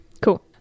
cool